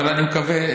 אבל אני מקווה,